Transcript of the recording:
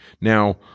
Now